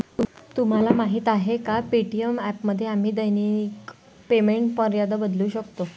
तुम्हाला माहीत आहे का पे.टी.एम ॲपमध्ये आम्ही दैनिक पेमेंट मर्यादा बदलू शकतो?